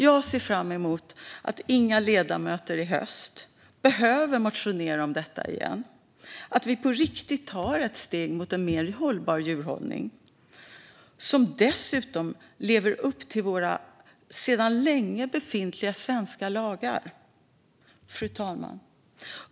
Jag ser fram emot att inga ledamöter i höst behöver motionera om detta igen och att vi på riktigt tar ett steg mot en mer hållbar djurhållning som dessutom lever upp till våra sedan länge befintliga svenska lagar. Fru talman!